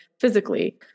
physically